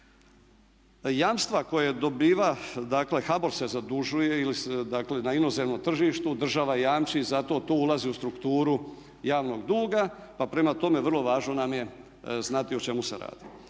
jamstva koja dobiva, HBOR se zadužuje na inozemnom tržištu, država jamči za to, to ulazi u strukturu javnog duga pa prema tome vrlo važno nam je znati o čemu se radi.